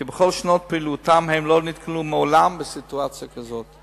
כי בכל שנות פעילותם הם לא נתקלו מעולם בסיטואציה כזאת.